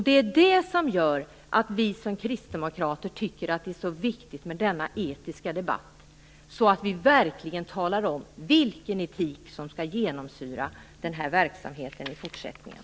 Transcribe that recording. Det är det som gör att vi som kristdemokrater tycker att det är så viktigt med denna etiska debatt. Vi måste verkligen tala om vilken etik som skall genomsyra verksamheten i fortsättningen.